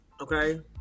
okay